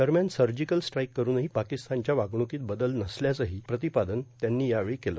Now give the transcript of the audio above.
दरम्यान surgical strike करूनही पाकिस्तानच्या वागणुकीत बदल नसल्याचंही प्रतिपादन त्यांनी यावेळी केलं